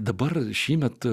dabar šįmet